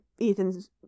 Ethan's